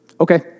okay